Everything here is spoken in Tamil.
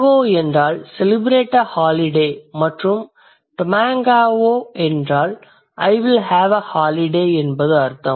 tengao என்றால் celebrate a holiday மற்றும் tumengao என்றால் I will have a holiday என்பது அர்த்தம்